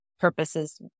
purposes